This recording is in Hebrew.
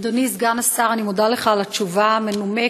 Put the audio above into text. אדוני סגן השר, אני מודה לך על התשובה המנומקת.